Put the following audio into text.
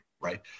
right